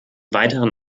weiteren